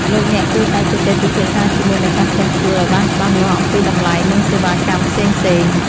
លោកអ្នកគួរតែជជែកពិភាក្សាជាមួយម្ចាស់ផ្ទះជួលឱ្យបានច្បាស់លាស់អំពីតម្លៃនិងសេវាកម្មផ្សេងៗ។